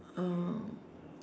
uh